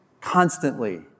constantly